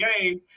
game